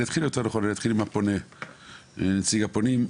אני אתחיל עם הפונה של נציג הפונים,